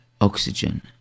oxygen